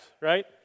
right